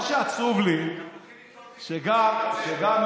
אמרתי שיצחקי, צריך הוא להיחקר על כל מה שקרה פה.